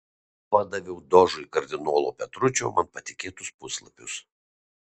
padaviau dožui kardinolo petručio man patikėtus puslapius